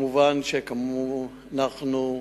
מובן שאנחנו,